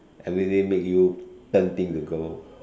everyday make you turn thing to gold